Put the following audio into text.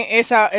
esa